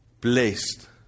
blessed